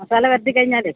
masala പുരട്ടിക്കഴിഞ്ഞാല്